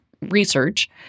research